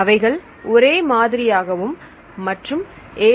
அவைகள் ஒரே மாதிரியாகவும் மற்றும் 7